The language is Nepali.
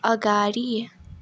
अगाडि